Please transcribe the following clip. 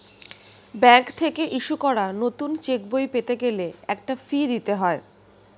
bank থেকে issue করা নতুন চেকবই পেতে গেলে একটা ফি দিতে হয়